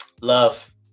love